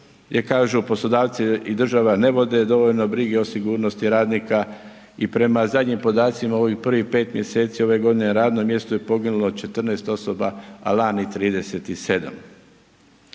jer kažu, poslodavci i država ne vode dovoljno brige o sigurnosti radnika i prema zadnjim podacima, u ovih prvih 5 mjeseci ove godine, radno mjesto je poginulo 14 osoba, a lani 37.